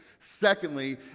Secondly